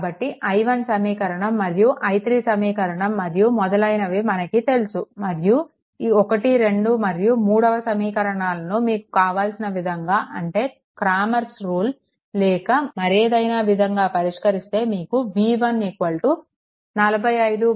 కాబట్టి i1 సమీకరణం మరియి i3 సమీకరణం మరియు మొదలైనవి మనకు తెలుసు మరియు ఈ 1 2 మరియు 3వ సమీకరణాలను మీకు కావాల్సిన విధంగా అంటే క్రామర్స్ రూల్Cramer's rule లేక మరేదైనా విధంగా పరిష్కరిస్తే మీకు v1 45